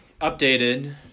updated